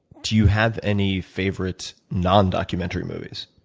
do you have any favorite non documentary movies?